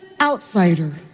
outsider